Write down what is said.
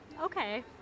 Okay